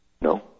no